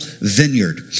vineyard